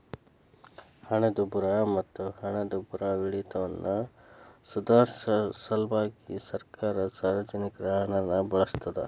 ಹಣದುಬ್ಬರ ಮತ್ತ ಹಣದುಬ್ಬರವಿಳಿತವನ್ನ ಸುಧಾರ್ಸ ಸಲ್ವಾಗಿ ಸರ್ಕಾರ ಸಾರ್ವಜನಿಕರ ಹಣನ ಬಳಸ್ತಾದ